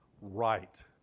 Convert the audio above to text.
right